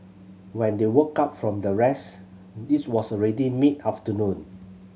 when they woke up from their rest it was already mid afternoon